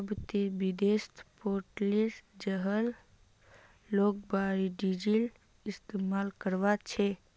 अब ते विदेशत पेट्रोलेर जगह लोग बायोडीजल इस्तमाल कर छेक